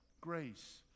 grace